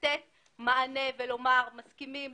לתת מענה ולומר: מסכימים,